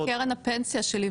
אבל קרן הפנסיה שלי,